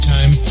Time